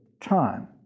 time